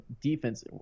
defense